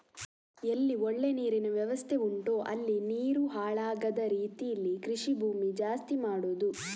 ಎಲ್ಲಿ ಒಳ್ಳೆ ನೀರಿನ ವ್ಯವಸ್ಥೆ ಉಂಟೋ ಅಲ್ಲಿ ನೀರು ಹಾಳಾಗದ ರೀತೀಲಿ ಕೃಷಿ ಭೂಮಿ ಜಾಸ್ತಿ ಮಾಡುದು